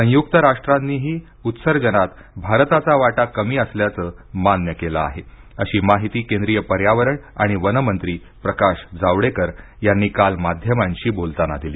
संयुक्त राष्ट्रांनीही उत्सर्जनात भारताचा वाटा कमी असल्याचं मान्य केलं आहे अशी माहिती केंद्रीय पर्यावरण आणि वनमंत्री प्रकाश जावडेकर यांनी काल माध्यमांशी बोलताना दिली